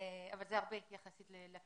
יש משפחות צעירות שם, יש הרבה ילדים בקהילה.